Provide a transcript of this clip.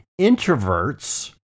Introverts